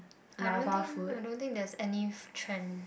I don't think I don't think there is any trend